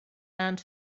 and